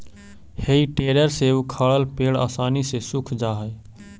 हेइ टेडर से उखाड़ल पेड़ आसानी से सूख जा हई